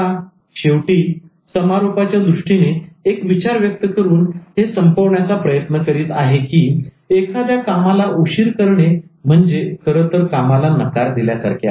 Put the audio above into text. शेवटी समारोपाच्या दृष्टीने एक विचार व्यक्त करून हे संपवण्याचा प्रयत्न करीत आहे की एखाद्या कामाला उशीर करणे म्हणजे खरतर कामाला नकार दिल्यासारखे असते